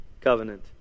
covenant